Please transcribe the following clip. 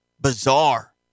bizarre